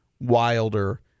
wilder